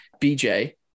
Bj